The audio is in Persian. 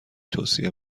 توصیه